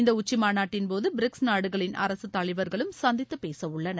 இந்த உச்சிமாநாட்டின்போது பிரிக்ஸ் நாடுகளின் அரசுத் தலைவர்களும் சந்தித்து பேசவுள்ளனர்